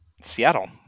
Seattle